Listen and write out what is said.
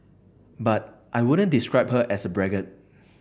but I wouldn't describe her as a braggart